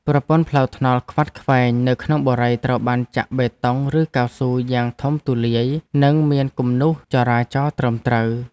ប្រព័ន្ធផ្លូវថ្នល់ខ្វាត់ខ្វែងនៅក្នុងបុរីត្រូវបានចាក់បេតុងឬកៅស៊ូយ៉ាងធំទូលាយនិងមានគំនូសចរាចរណ៍ត្រឹមត្រូវ។